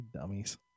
dummies